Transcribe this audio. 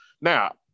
now